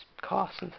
costs